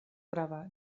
prava